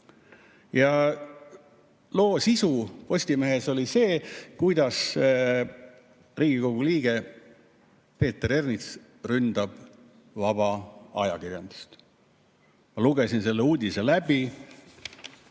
Loo sisu Postimehes oli see, kuidas Riigikogu liige Peeter Ernits ründab vaba ajakirjandust. Ma lugesin selle uudise läbi.